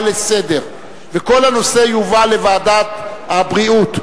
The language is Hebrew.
לסדר-היום וכל הנושא יובא לוועדת הבריאות,